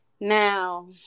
Now